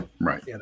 Right